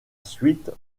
suite